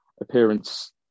appearance